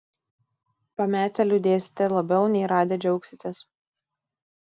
pametę liūdėsite labiau nei radę džiaugsitės